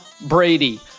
Brady